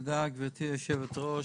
תודה גברתי היושבת-ראש.